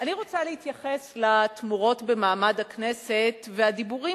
אני רוצה להתייחס לתמורות במעמד הכנסת והדיבורים